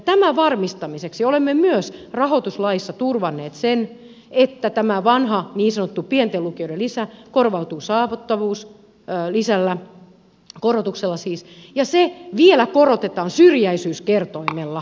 tämän varmistamiseksi olemme myös rahoituslaissa turvanneet sen että tämä vanha niin sanottu pienten lukioiden lisä korvautuu saavutettavuuskorotuksella ja se vielä korotetaan syrjäisyyskertoimella